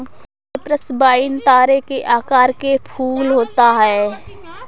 Cyprus vine तारे के आकार के फूल होता है